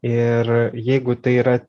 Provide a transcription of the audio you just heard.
ir jeigu tai yra